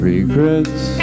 Regrets